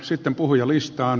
sitten puhujalistaan